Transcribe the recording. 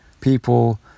people